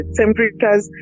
temperatures